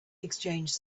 exchanged